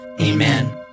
Amen